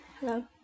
Hello